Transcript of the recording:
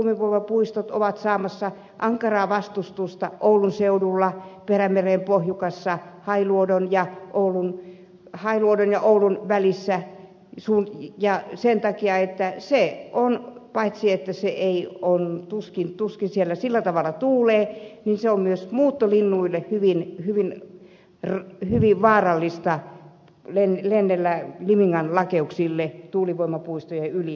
suunnitellut tuulivoimapuistot ovat saamassa ankaraa vastustusta esimerkiksi oulun seudulla perämeren pohjukassa hailuodon ja oulun välillä sen takia että paitsi että tuskin siellä tuulee se on myös muuttolinnuille hyvin vaarallista lennellä limingan lakeuksille tuulivoimapuistojen yli